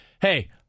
hey